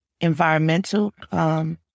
environmental